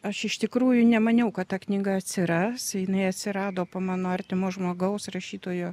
aš iš tikrųjų nemaniau kad ta knyga atsiras jinai atsirado po mano artimo žmogaus rašytojo